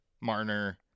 Marner